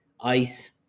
ice